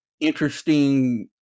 interesting